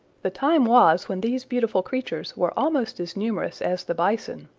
the time was when these beautiful creatures were almost as numerous as the bison,